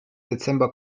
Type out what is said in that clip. dezember